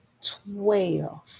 twelve